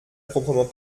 proprement